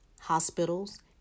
hospitals